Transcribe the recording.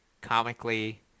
Comically